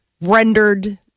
rendered